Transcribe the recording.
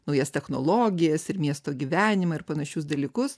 naujas technologijas ir miesto gyvenimą ir panašius dalykus